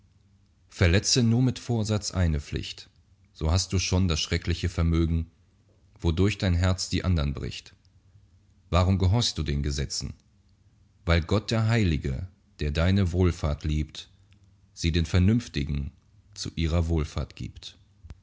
verletze nur mit vorsatz eine pflicht so hast du schon das schreckliche vermögen wodurch dein herz die andern bricht warum gehorchst du den gesetzen weil gott der heilige der deine wohlfahrt liebt sie den vernünftigen zu ihrer wohlfahrt gibt